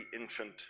infant